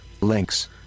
links